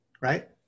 Right